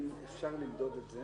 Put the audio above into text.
מה זה קשור להתיישנות?